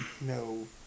No